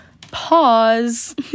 Pause